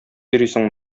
йөрисең